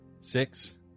six